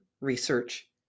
research